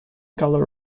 gallo